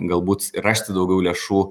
galbūt rasti daugiau lėšų